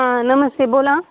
हा नमस्ते बोला